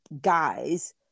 guys